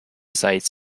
sites